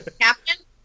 Captain